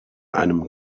einem